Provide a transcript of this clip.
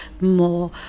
more